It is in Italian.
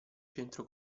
centro